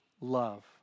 love